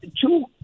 two